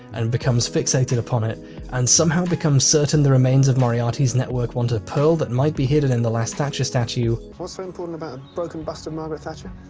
and becomes fixated upon it and somehow becomes certain the remains of moriarty's network want a pearl that might be hidden in the last thatcher statue. what's so important about a broken bust of margaret thatcher?